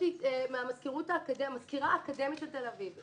יש לי מזכירה אקדמית של תל אביב,